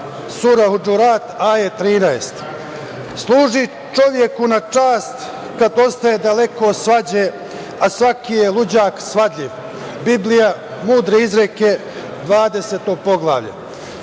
„surah džurat ae 13“. Služi čoveku na čast kada ostaje daleko od svađe, a svaki je ludak svadljiv - Biblija mudre izreke, 20. poglavlja. Poštovani